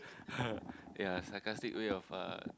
ya sarcastic way of uh